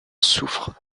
souffre